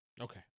Okay